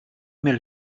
mail